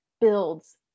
builds